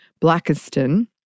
Blackiston